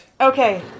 Okay